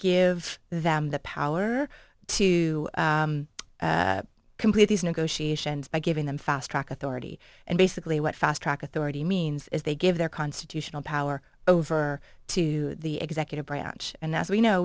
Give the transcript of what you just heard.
give them the power to complete these negotiations by giving them fast track authority and basically what fast track authority means is they give their constitutional power over to the executive branch and as we know